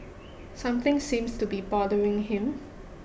something seems to be bothering him